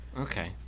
Okay